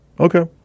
Okay